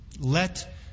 let